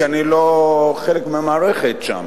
כי אני לא חלק מהמערכת שם.